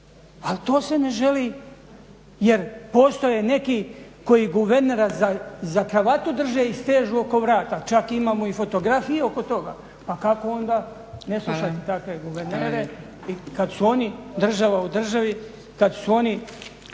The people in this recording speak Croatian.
Al to se ne želi jer postoje neki koji guvernera za kravatu drže i stežu oko vrata. Čak imamo i fotografije oko toga, a kako onda ne slušati takve guvernere kad su oni država u državi, kad su oni